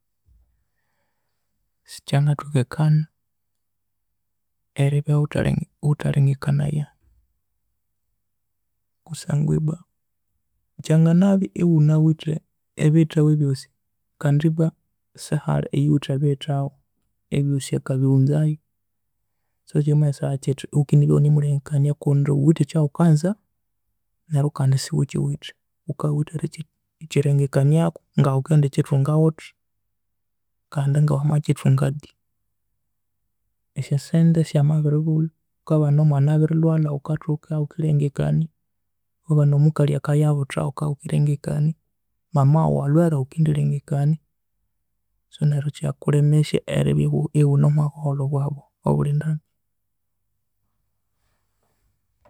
Sikyangathokekana eribya ghuthelenge ghuthalengekanaya kusangwa ibwa kyanganabya ighunawithe ebiyithawa ebyosi kandi ibwa sihali oyuwithe ebiyithawa ebyosi akabighunzayu. So kyikamanyisaya kyithi ighukendibya eghunemulengekania kundi ghuwithe ekyawukanza neryo kandi sighukyiwithe. Ghukabya ighuwithe erikyi kyirengekaniaku ngawukindikyithunga ghuthi kandi ngawamakyithunga di, esyasente syamabiribulha, ghukabana omwana abirilhwalha, ghukathoka ghukilengekania, iwabana omukalhi akayabutha ghukabya ighukilengekania, mama waghu alhwere ghukindilengekania. So neru ikyakulemesya eribya ighu ighune omwabuholho bwaghu obuli ndambi.